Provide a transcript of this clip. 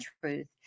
truth